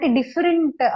different